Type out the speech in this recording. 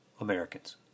Americans